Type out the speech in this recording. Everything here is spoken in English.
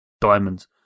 diamonds